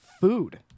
food